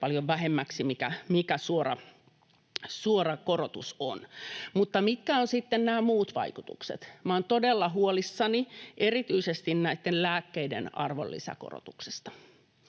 paljon vähemmäksi kuin mikä suora korotus on. Mutta mitkä ovat sitten nämä muut vaikutukset? Minä olen todella huolissani erityisesti näitten lääkkeiden arvonlisäkorotuksesta.